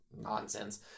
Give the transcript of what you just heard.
nonsense